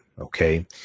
Okay